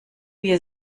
wir